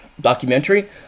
documentary